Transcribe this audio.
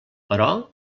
però